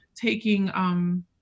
taking